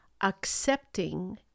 accepting